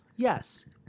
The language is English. Yes